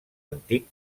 antic